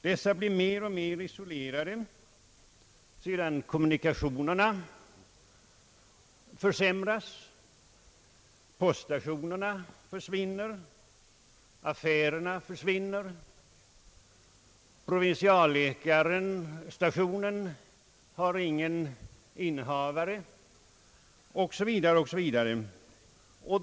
Dessa blir mer och mer isolerade sedan kommunikationerna försämrats. Poststationerna försvinner, affärerna försvinner, provinsialläkarstationen har ingen innehavare osv.